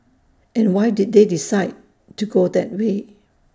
and why did they decide to go that way